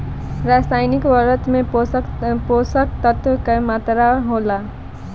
रसायनिक उर्वरक में पोषक तत्व की मात्रा होला?